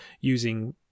using